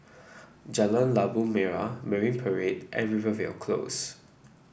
Jalan Labu Merah Marine Parade and Rivervale Close